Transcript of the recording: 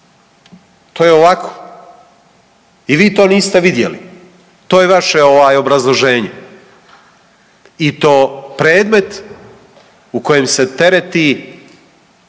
to je ovako i vi to niste vidjeli, to je vaše ovaj obrazloženje. I to predmet u kojem se tereti